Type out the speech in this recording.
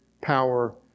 Power